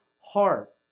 heart